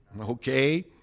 Okay